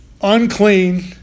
unclean